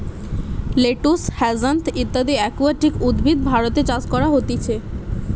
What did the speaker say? lettuce, hyacinth ইত্যদি একুয়াটিক উদ্ভিদ ভারতে চাষ করা হতিছে